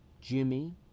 Jimmy